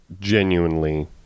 genuinely